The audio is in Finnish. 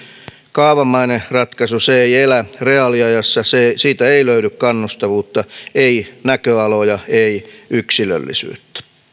kaavamainen ratkaisu se ei elä reaaliajassa siitä ei löydy kannustavuutta ei näköaloja ei yksilöllisyyttä